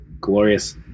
Glorious